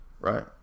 right